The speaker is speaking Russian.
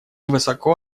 высоко